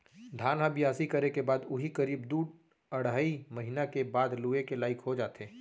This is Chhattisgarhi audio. धान ह बियासी करे के बाद उही करीब दू अढ़ाई महिना के बाद लुए के लाइक हो जाथे